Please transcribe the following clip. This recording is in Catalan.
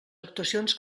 actuacions